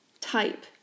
type